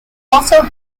also